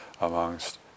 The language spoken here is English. amongst